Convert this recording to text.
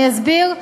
אני אסביר: